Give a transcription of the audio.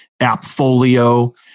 AppFolio